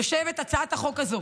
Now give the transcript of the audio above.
הצעת החוק הזאת